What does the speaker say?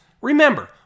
Remember